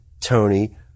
Tony